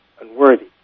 unworthy